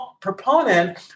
proponent